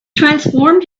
transformed